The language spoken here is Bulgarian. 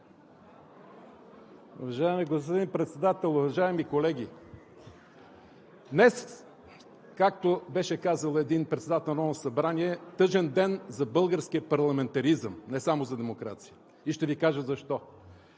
Уважаеми господин Председател, уважаеми колеги! Днес, както беше казал един председател на Народното събрание, е тъжен ден за българския парламентаризъм, не само за демокрацията, и ще Ви кажа защо.